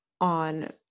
on